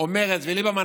או מרצ וליברמן,